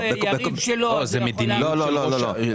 מנהל הארנונה מוגבל.